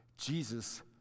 Jesus